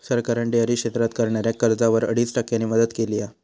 सरकारान डेअरी क्षेत्रात करणाऱ्याक कर्जावर अडीच टक्क्यांची मदत केली हा